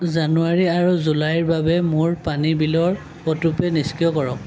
জানুৱাৰী আৰু জুলাইৰ বাবে মোৰ পানী বিলৰ অটোপে' নিষ্ক্ৰিয় কৰক